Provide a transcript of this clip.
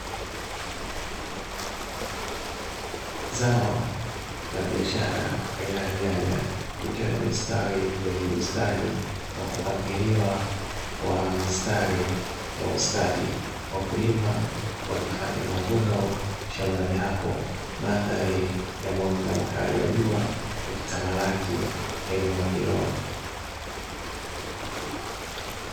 Zao la biashara aina ya nyanya likiwa limestawi kwenye bustani na kupangiliwa kwa mistari ya ustadi, wakulima wakifanya mavuno shambani hapo mandhari ya mwanga mkali wa jua wakitamalaki eneo hilo.